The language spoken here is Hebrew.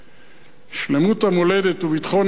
שלמות המולדת וביטחון אזרחיה,